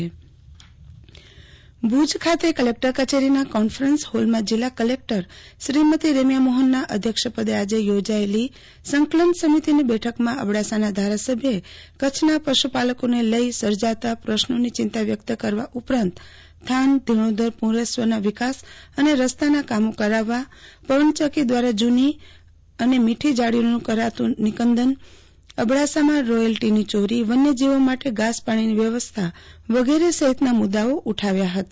આરતી ભદૃ સંકલન સમિતિની બેઠક ભૂજ ખાતે કલેકટર કચેરીના કોન્ફરન્સ હોલમાં જિલ્લા કલેકટર શ્રીમતી રેમ્યા મોહનના અધ્યક્ષપદે આજે યોજાયેલી સંકલન સમિતિની બેઠકમાં અબડાસાના ધારાસભ્યે કચ્છના પશુપાલકોને લઇને સર્જાતાં પ્રશ્નોની ચિંતા વ્યકત કરવા ઉપરાંત થાન ધિણોધર પૂંઅરેશ્વરના વિકાસ અને રસ્તાના કામો કરાવવા પવનચકકી દ્વારા જૂની અને મીટ્ઠી ઝાંડીઓનું કરાતું નિકંદનઅબડાસામાં રોયલ્ટીની ચોરીવન્યજીવો માટે ઘાસ પાણીની વ્યવસ્થા વગેરે સહિતના મુદ્દાઓ ઉઠાવાયા હતા